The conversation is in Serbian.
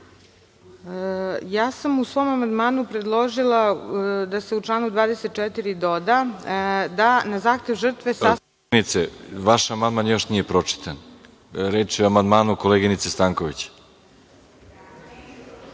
Ja sam u svom amandmanu predložila da se u članu 24. doda da na zahtev žrtve… **Veroljub Arsić** Poslanice, vaš amandman još nije pročitan. Reč je o amandmanu koleginice Stanković.